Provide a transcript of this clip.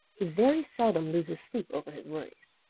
he very seldom loses sleep over his worries.